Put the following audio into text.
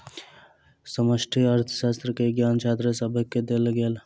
समष्टि अर्थशास्त्र के ज्ञान छात्र सभके देल गेल